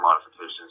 modifications